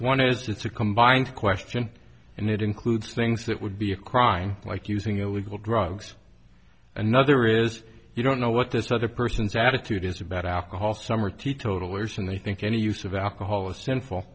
one is it's a combined question and it includes things that would be a crime like using illegal drugs another is you don't know what this other person's attitude is about alcohol some are teetotallers and they think any use of alcohol is sinful